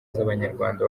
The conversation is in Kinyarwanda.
z’abanyarwanda